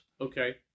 Okay